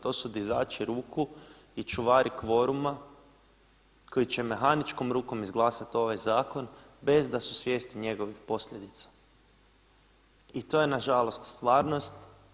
To su dizači ruku i čuvari kvoruma koji će mehaničkom rukom izglasati ovaj zakon bez da su svjesni njegovih posljedica i to je nažalost stvarnost.